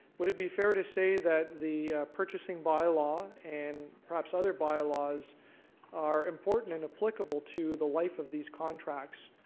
would it be fair to say that the purchaseg bylaw and perhaps other bylaws are important and applicable to the life of these contracts?